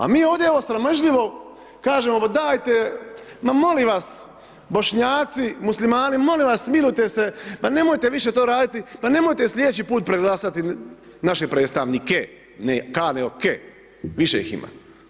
A mi ovdje evo sramežljivo kažemo ma dajte, ma molim vas Bošnjaci, muslimani, molim vas smilujte se, pa nemojte više to raditi, pa nemojte slijedeći put preglasati naše predstavnike, ne ka, nego ke, više ih ima.